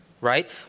right